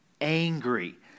angry